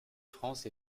france